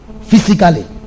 Physically